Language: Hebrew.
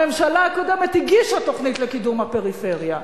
הממשלה הקודמת הגישה תוכנית לקידום הפריפריה,